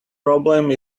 problems